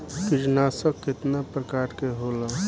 कीटनाशक केतना प्रकार के होला?